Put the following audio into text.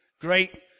great